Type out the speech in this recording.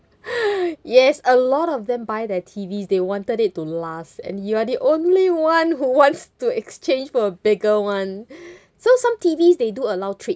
yes a lot of them buy the T_V they wanted it to last and you are the only one who wants to exchange for a bigger one so some T_Vs they do allow trade